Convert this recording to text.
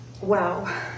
wow